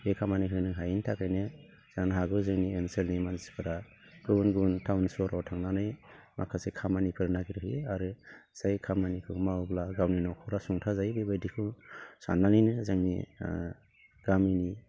बे खामानि होनो हायिनि थाखायनो जानोहागौ जोंनि ओनसोलनि मानसिफोरा गुबुन गुबुन टाउन सहराव थांनानै माखासे खामानिफोर नागिरहैयो आरो जाय खामानिखौ मावब्ला गावनि न'खरा सुंथाजायो बेबायदिखौ साननानैनो जोंनि गामिनि